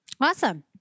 Awesome